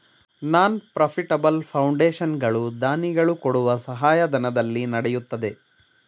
ನಾನ್ profitable foundation ಗಳು ದಾನಿಗಳು ಕೊಡುವ ಸಹಾಯಧನದಲ್ಲಿ ನಡೆಯುತ್ತದೆ